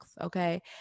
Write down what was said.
okay